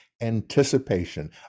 anticipation